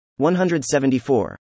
174